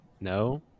no